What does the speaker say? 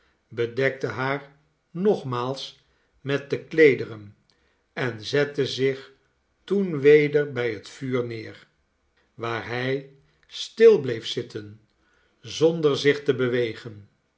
bedekte haar nogmaals met de kleederen en zette zich toen weder bij het vuur neer waar hij stil bleef zitten zonder zich te bewegen